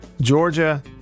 Georgia